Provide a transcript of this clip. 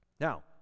now